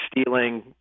stealing